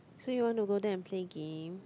so you want to go there and play game